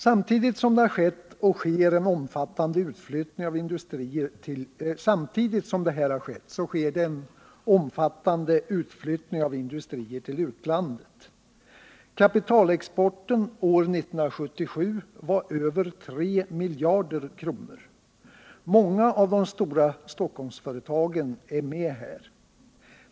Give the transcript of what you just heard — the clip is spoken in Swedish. Samtidigt har det skett och sker en omfattande utflyttning av industrier till utlandet. Kapitalexporten år 1977 var över 3 miljarder kronor. Många av de stora Stockholmsföretagen är med här.